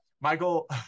michael